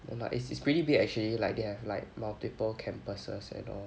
no lah it's it's pretty big actually like they have like multiple campuses and all